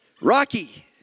Rocky